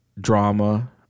drama